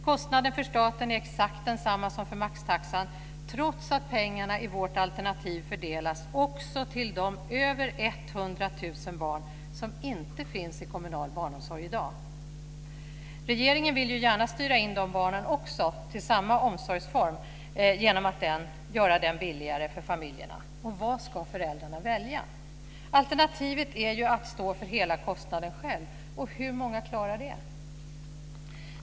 Kostnaden för staten är exakt densamma som för maxtaxan trots att pengarna i vårt alternativ fördelas också till de över 100 000 barn som inte finns i kommunal barnomsorg i dag. Regeringen vill ju gärna styra in de barnen också till samma omsorgsform genom att göra den billigare för familjerna. Vad ska föräldrarna välja? Alternativet är ju att stå för hela kostnaden själv, och hur många klarar det?